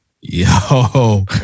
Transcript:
Yo